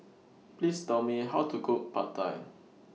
Please Tell Me How to Cook Pad Thai